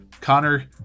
Connor